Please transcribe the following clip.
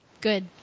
Good